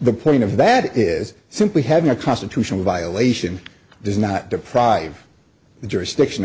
the point of that is simply having a constitutional violation does not deprive the jurisdiction of